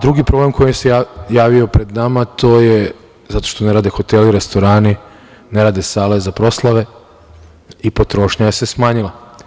Drugi problem koji se javio pred nama to je zato što ne rade hoteli, restorani, ne rade sale za proslave i potrošnja se smanjila.